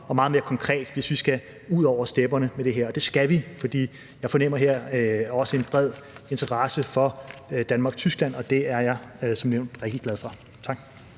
og meget mere konkret, hvis vi skal ud over stepperne med det her, og det skal vi, for jeg fornemmer her også en bred interesse for Danmark-Tyskland, og det er jeg som nævnt rigtig glad for. Tak.